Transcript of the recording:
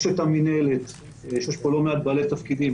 יש את המנהלת שיש פה לא מעט בעלי תפקידים